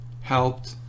helped